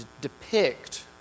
depict